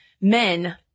men